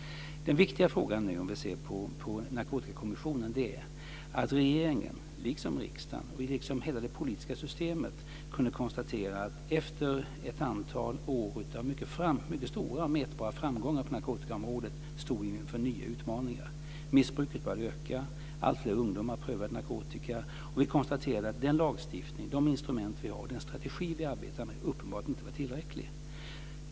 Den viktiga frågan, om vi ser till Narkotikakommissionen, är att regeringen, liksom riksdagen och hela det politiska systemet, kunde konstatera att man efter ett antal år av mycket stora och mätbara framgångar på narkotikaområdet stod inför nya utmaningar. Missbruket började öka. Alltfler ungdomar prövade narkotika. Vi konstaterade att den lagstiftning och de instrument vi hade och den strategi vi arbetade med uppenbarligen inte var tillräckliga.